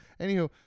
Anywho